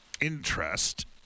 interest